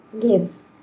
Yes